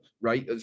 right